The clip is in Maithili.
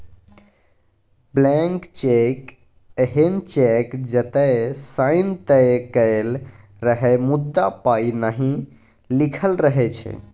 ब्लैंक चैक एहन चैक जतय साइन तए कएल रहय मुदा पाइ नहि लिखल रहै छै